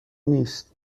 نیست